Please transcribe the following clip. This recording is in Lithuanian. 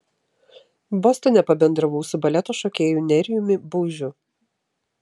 bostone pabendravau su baleto šokėju nerijumi baužiu